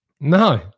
No